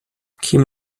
kim